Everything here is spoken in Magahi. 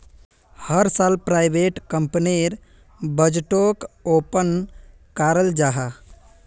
हर साल प्राइवेट कंपनीर बजटोक ओपन कराल जाहा